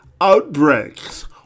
outbreaks